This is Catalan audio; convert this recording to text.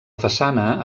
façana